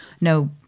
no